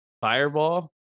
Fireball